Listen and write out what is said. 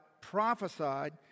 prophesied